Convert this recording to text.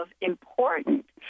important